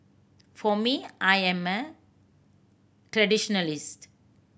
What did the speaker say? for me I am a traditionalist